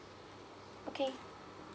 okay